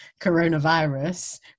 coronavirus